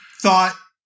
thought